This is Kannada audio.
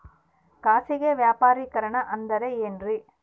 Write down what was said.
ಖಾಸಗಿ ವ್ಯಾಪಾರಿಕರಣ ಅಂದರೆ ಏನ್ರಿ?